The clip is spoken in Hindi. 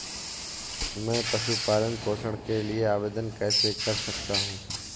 मैं पशु पालन पोषण के लिए आवेदन कैसे कर सकता हूँ?